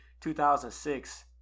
2006